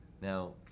Now